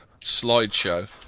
slideshow